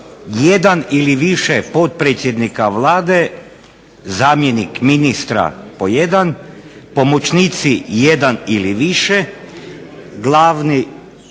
ili više potpredsjednika Vlade, zamjenik ministra po jedan, pomoćnici jedan ili više, glavni